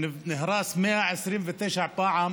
שנהרס 129 פעם,